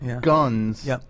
guns